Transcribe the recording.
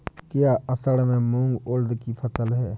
क्या असड़ में मूंग उर्द कि फसल है?